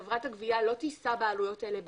חברת הגבייה לא תישא בעלויות האלה בעצמה.